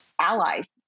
allies